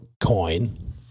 coin